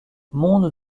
monde